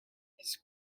his